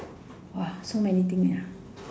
!wah! so many thing need ah